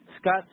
Scott